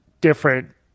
different